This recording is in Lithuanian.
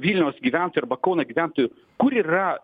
vilniaus gyventojų arba kauno gyventojų kur yra